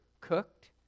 cooked